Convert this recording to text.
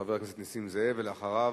חבר הכנסת נסים זאב, ואחריו,